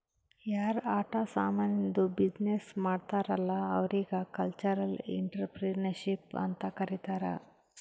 ಯಾರ್ ಆಟ ಸಾಮಾನಿದ್ದು ಬಿಸಿನ್ನೆಸ್ ಮಾಡ್ತಾರ್ ಅಲ್ಲಾ ಅವ್ರಿಗ ಕಲ್ಚರಲ್ ಇಂಟ್ರಪ್ರಿನರ್ಶಿಪ್ ಅಂತ್ ಕರಿತಾರ್